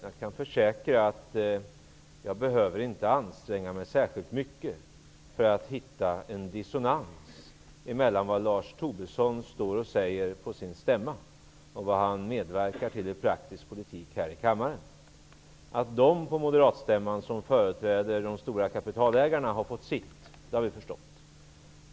Jag kan försäkra att jag inte behöver anstränga mig särskilt mycket för att hitta en dissonans mellan vad Lars Tobisson säger på den moderata stämman och vad han medverkar till i praktisk politik här i kammaren. Att de på moderatstämman som företräder de stora kapitalägarna har fått sitt har vi förstått.